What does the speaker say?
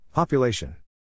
Population